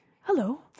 Hello